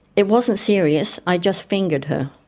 it wasn't serious, i just fingered her.